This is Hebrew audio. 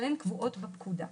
אבל הן קבועות בפקודה.